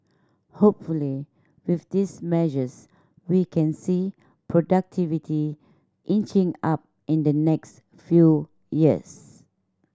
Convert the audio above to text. hopefully with these measures we can see productivity inching up in the next few years